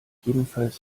jedenfalls